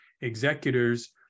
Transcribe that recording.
executors